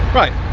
right.